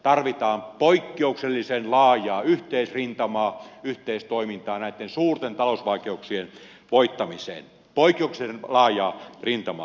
tarvitaan poikkeuksellisen laajaa yhteisrintamaa yhteistoimintaa näitten suurten talousvaikeuksien voittamiseen poikkeuksellisen laajaa rintamaa